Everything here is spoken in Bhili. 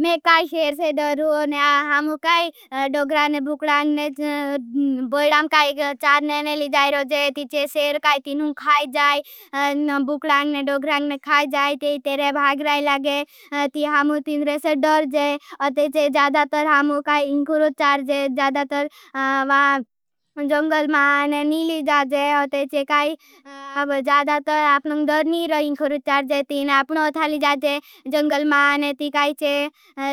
मैं काई सेर से दरू और हमों काई डोग्रां ने बुक्डांग ने बोईडां काई चार ने नेली जाई। रोजे तीछे सेर काई तीनों खाई जाई बुक्डांग ने डोग्रांग ने खाई जाई। ती तेरे भाग राई लागे तीहामों तीनरे से डर जे अथेचे। जादातर हमों काई इंखुरोचार। जे जादातर जंगल मां ने नेली जाजे अथेचे। काई जादातर आपनों डर नेरे इंखुरोचार। जे तीन आपनों थाली जाजे जंगल मां ने ती काई चे।